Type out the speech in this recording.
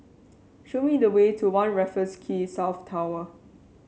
show me the way to One Raffles Quay South Tower